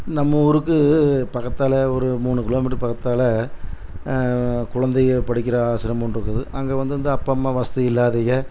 நம்ம ஊருக்கு பக்கத்தால் ஒரு மூணு கிலோ மீட்டரு பக்கத்தால் குழந்தைகள் படிக்கிற ஆஸ்ரமம் ஒன்று இருக்குது அங்கே வந்து இந்த அப்பா அம்மா வசதி இல்லாதவக